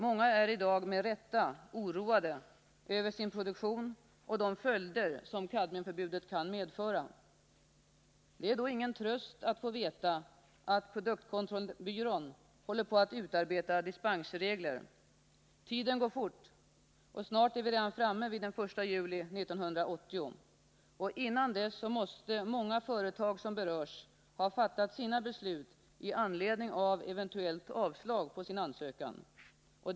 Många är i dag med rätta oroade över sin produktion och de följder som kadmiumförbudet kan medföra. Det är då ingen tröst att få veta att produktkontrollnämnden håller på att utarbeta dispensregler. Tiden går fort, och snart är vi framme vid den 1 juli 1980. Innan dess måste många företag som berörs ha fattat sina beslut med anledning av eventuella avslag på ansökan om dispens.